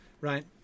right